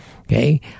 Okay